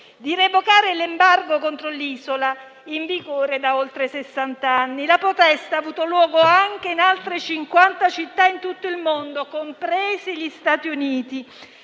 di revocare l'embargo contro l'isola in vigore da oltre sessant'anni. La protesta ha avuto luogo anche in altre 50 città in tutto il mondo, compresi gli Stati Uniti.